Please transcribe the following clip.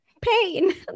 pain